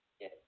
Yes